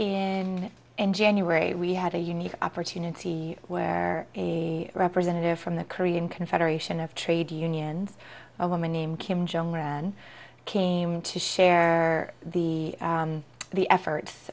in in january we had a unique opportunity where a representative from the korean confederation of trade unions a woman named kim jong un came in to share the the effort